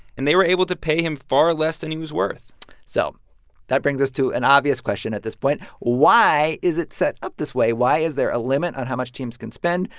and they were able to pay him far less than he was worth so that brings us to an obvious question at this point. why is it set up this way? why is there a limit on how much teams can spend?